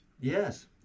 Yes